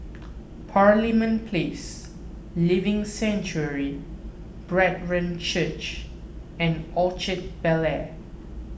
Parliament Place Living Sanctuary Brethren Church and Orchard Bel Air